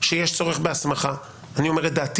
שיש צורך בהסמכה - אני אומר את עמדתי